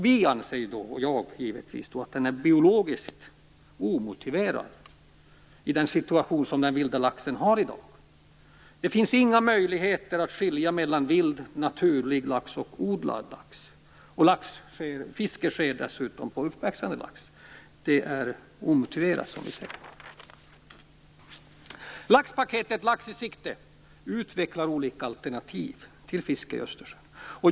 Vi anser att det är biologiskt omotiverat med tanke på den vilda laxens situation i dag. Det finns inga möjligheter att skilja mellan vild, naturlig lax och odlad lax. Laxfiske sker dessutom på uppväxande lax. Det är omotiverat, som vi ser det. Rapporten Lax i sikte utvecklar olika alternativ till fiske i Östersjön.